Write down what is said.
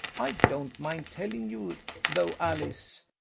i don't mind telling you though, alice,